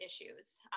issues